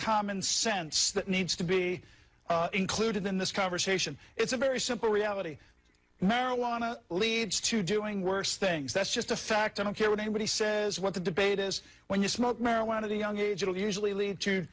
common sense that needs to be included in this conversation it's a very simple reality marijuana leads to doing worse things that's just a fact i don't care what anybody says what the debate is when you smoke marijuana the young age will usually lead to